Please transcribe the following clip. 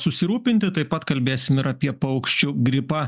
susirūpinti taip pat kalbėsim ir apie paukščių gripą